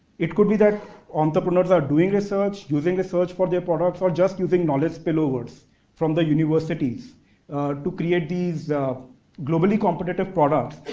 it could be that entrepreneurs are doing research, using research for their products or just using knowledge spillovers from the universities to create these um globally competitive products.